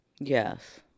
Yes